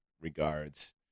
regards